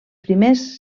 primers